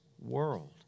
world